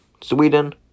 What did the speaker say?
Sweden